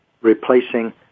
replacing